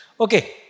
Okay